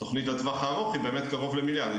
התוכנית לטווח הארוך היא קרוב למיליארד,